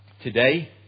today